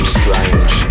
strange